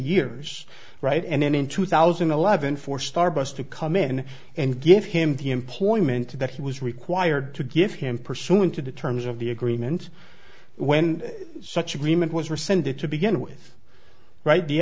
years right and then in two thousand and eleven for starbucks to come in and give him the employment that he was required to give him pursuant to the terms of the agreement when such agreement was rescinded to begin with right the